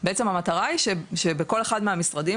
בעצם המטרה היא שבכל אחד מהמשרדים